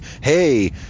hey